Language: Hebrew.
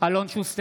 נגד אלון שוסטר,